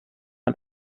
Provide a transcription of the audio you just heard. und